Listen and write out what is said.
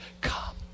Come